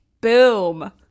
boom